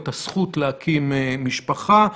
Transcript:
את הזכות להקים משפחה,